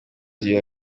gihe